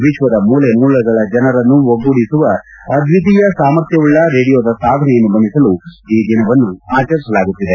ವಿಶ್ವದ ಮೂಲೆ ಮೂಲೆಗಳ ಜನರನ್ನು ಒಗ್ಗೂಡಿಸುವ ಅದ್ವಿತೀಯ ಸಾಮರ್ಥ್ಯವುಳ್ಳ ರೇಡಿಯೋದ ಸಾಧನೆಯನ್ನು ಬಣ್ಣಿಸಲು ಈ ದಿನವನ್ನು ಆಚರಿಸಲಾಗುತ್ತಿದೆ